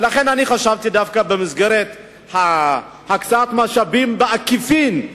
ולכן חשבתי שדווקא במסגרת הקצאת המשאבים בעקיפין,